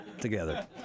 together